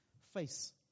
face